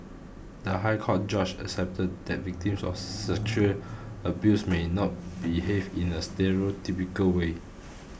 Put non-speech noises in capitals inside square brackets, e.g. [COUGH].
the High Court judge accepted that victims of sexual [NOISE] abuse may not behave in a stereotypical way [NOISE]